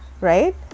right